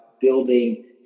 building